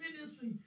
ministry